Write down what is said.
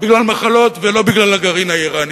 בגלל מחלות ולא בגלל הגרעין האירני,